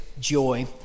joy